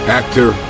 actor